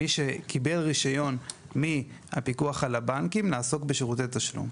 מי שקיבל רישיון מהפיקוח על הבנקים לעסוק בשירותי תשלום.